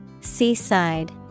Seaside